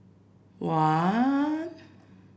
one